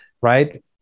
right